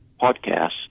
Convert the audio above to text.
podcasts